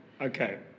Okay